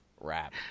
rap